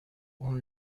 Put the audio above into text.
اون